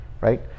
right